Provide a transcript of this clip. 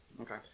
Okay